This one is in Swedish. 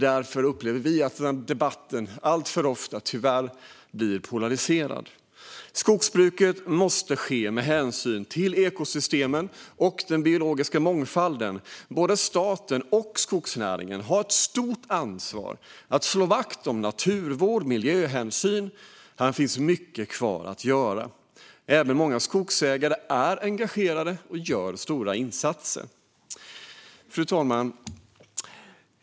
Därför upplever vi att debatten alltför ofta tyvärr blir polariserad. Skogsbruket måste ske med hänsyn till ekosystemen och den biologiska mångfalden. Både staten och skogsnäringen har ett stort ansvar att slå vakt om naturvård och miljöhänsyn. Här finns mycket kvar att göra. Även många skogsägare är engagerade och gör stora insatser. Fru talman!